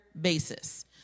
basis